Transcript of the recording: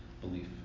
Belief